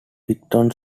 picton